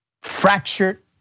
fractured